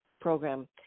program